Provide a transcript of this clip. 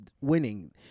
winning